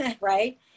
right